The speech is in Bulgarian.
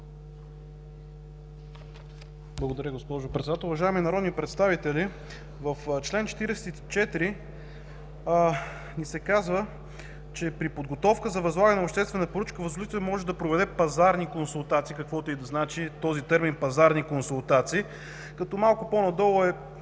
Благодаря, госпожо Председател.